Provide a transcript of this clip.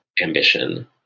ambition